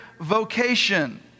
vocation